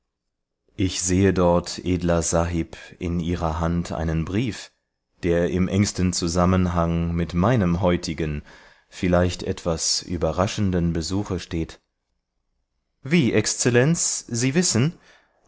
ich sehe dort edler sahib in ihrer hand einen brief der im engsten zusammenhang mit meinem heutigen vielleicht etwas überraschenden besuche steht wie exzellenz sie wissen